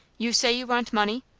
you say you want money?